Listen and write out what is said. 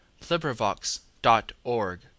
LibriVox.org